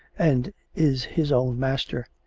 and is his own master.